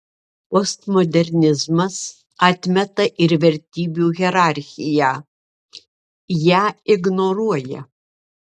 postmodernizmas atmeta ir vertybių hierarchiją ją ignoruoja